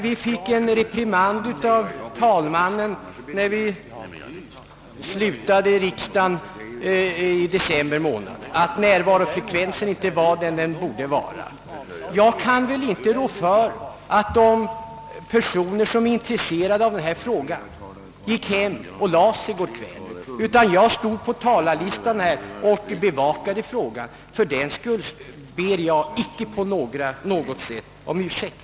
Vi fick en reprimand av talmannen vid riksdagens avslutning i december månad därför att närvarofrekvensen inte hade varit vad den borde vara, Jag kan väl inte lastas för att de personer som säges vara intresserade av denna fråga inte var närvarande här i går kväll. Jag stod på talarlistan och bevakade frågan. Fördenskull ber jag inte på något sätt om ursäkt.